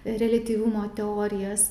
reliatyvumo teorijas